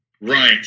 Right